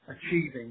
achieving